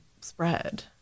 spread